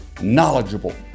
knowledgeable